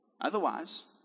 Otherwise